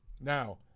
Now